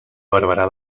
barberà